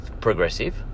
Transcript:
progressive